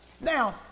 Now